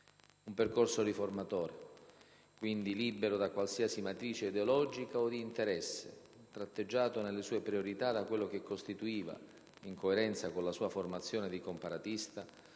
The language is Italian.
Un percorso riformatore, quindi, libero da qualsiasi matrice ideologica o di interesse, tratteggiato nelle sue priorità da quello che costituiva, in coerenza con la sua formazione di comparatista,